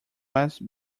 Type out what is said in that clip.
west